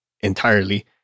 entirely